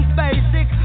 basic